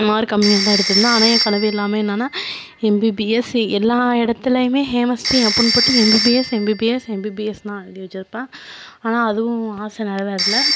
mark கம்மியாகதான் எடுத்திருந்தேன் ஆனால் என் கனவு எல்லாமே என்னன்னா எம்பிபிஎஸ் எல்லா இடத்துலையுமே ஹேமஸ்ரீ அப்பட்னு போட்டு எம்பிபிஎஸ் எம்பிபிஎஸ் எம்பிபிஎஸ்ன்னு தான் எழுதி வச்சிருப்பேன் ஆனால் அதுவும் ஆசை நிறவேறுல